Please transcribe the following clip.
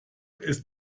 ist